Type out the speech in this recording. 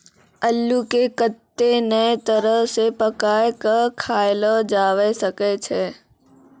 अल्लू के कत्ते नै तरह से पकाय कय खायलो जावै सकै छै